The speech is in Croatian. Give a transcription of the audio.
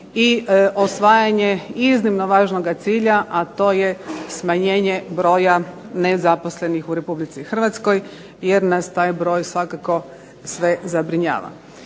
i osvajanje iznimno važnog cilja, a to je smanjenje broja nezaposlenih u RH, jer nas taj broj svakako sve zabrinjava.